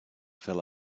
fill